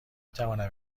توانم